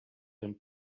and